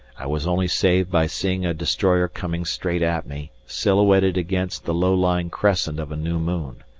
i was only saved by seeing a destroyer coming straight at me, silhouetted against, the low-lying crescent of a new moon.